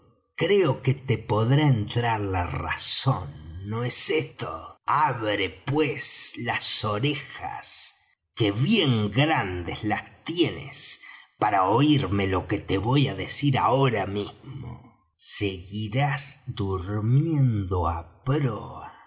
creo que te podrá entrar la razón no es esto abre pues las orejas que bien grandes las tienes para oirme lo que te voy á decir ahora mismo seguirás durmiendo á proa